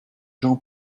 jean